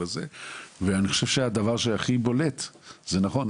ואני חושב שהדבר שהכי בולט זה נכון,